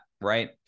right